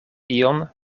ion